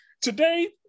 today